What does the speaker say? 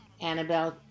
annabelle